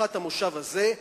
בפתיחת המושב הזה,